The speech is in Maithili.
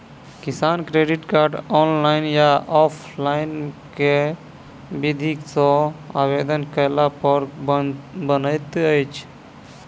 किसान क्रेडिट कार्ड, ऑनलाइन या ऑफलाइन केँ विधि सँ आवेदन कैला पर बनैत अछि?